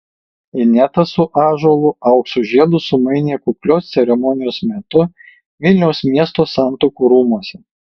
ineta su ąžuolu aukso žiedus sumainė kuklios ceremonijos metu vilniaus miesto santuokų rūmuose